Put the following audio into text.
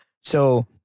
So-